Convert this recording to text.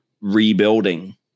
rebuilding